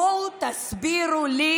בואו תסבירו לי,